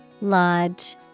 Lodge